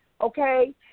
okay